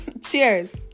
Cheers